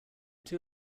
two